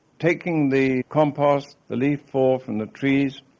taking the compost, the leaf fall from the trees,